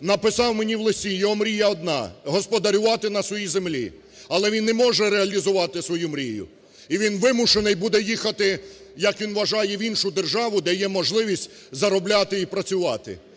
написав мені в листі, у нього мрія одна – господарювати на своїй землі, але він не може реалізувати свою мрію, і він вимушений буде їхати, як він вважає, в іншу державу, де є можливість заробляти і працювати.